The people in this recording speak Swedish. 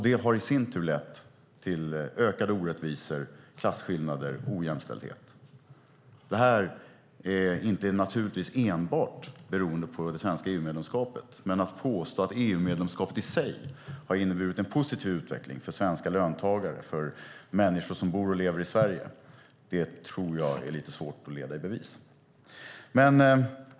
Det har i sin tur lett till ökade orättvisor, klasskillnader och ojämställdhet. Det här är naturligtvis inte enbart beroende på det svenska EU-medlemskapet. Men att EU-medlemskapet i sig har inneburit en positiv utveckling för svenska löntagare och för människor som bor och lever i Sverige tror jag är lite svårt att leda i bevis.